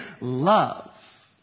love